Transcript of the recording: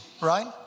right